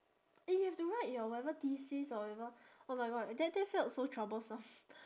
and you have to write your whatever thesis or whatever oh my god that that felt so troublesome